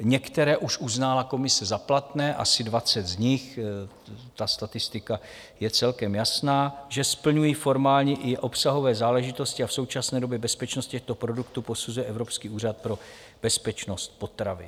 Některé už uznala komise za platné asi dvacet z nich, ta statistika je celkem jasná že splňují formální i obsahové záležitosti a v současné době bezpečnost těchto produktů posuzuje Evropský úřad pro bezpečnost potravin.